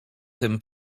tym